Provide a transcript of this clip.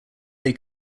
they